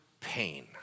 pain